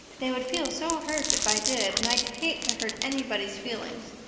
they would feel so hurt if i did and i'd hate to hurt anybody's feelings,